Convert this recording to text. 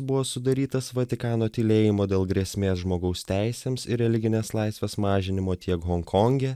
buvo sudarytas vatikano tylėjimo dėl grėsmės žmogaus teisėms ir religinės laisvės mažinimo tiek honkonge